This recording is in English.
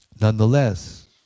Nonetheless